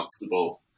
comfortable